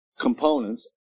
components